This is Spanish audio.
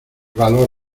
valor